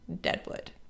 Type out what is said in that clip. Deadwood